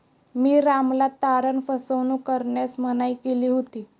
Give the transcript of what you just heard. मी रामला तारण फसवणूक करण्यास मनाई केली होती